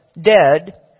dead